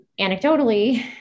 anecdotally